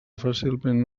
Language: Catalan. fàcilment